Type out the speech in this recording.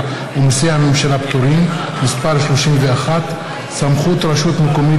ומיסי הממשלה (פטורין) (מס' 31) (סמכות רשות מקומיות